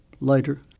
later